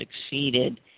succeeded